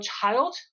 child